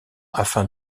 afin